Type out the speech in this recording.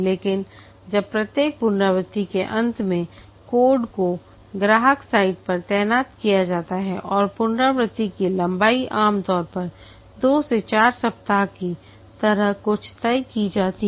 लेकिन तब प्रत्येक पुनरावृत्ति के अंत में कोड को ग्राहक साइट पर तैनात किया जाता है और पुनरावृत्ति की लंबाई आमतौर पर 2 से 4 सप्ताह की तरह कुछ तय की जाती है